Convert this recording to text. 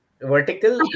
vertical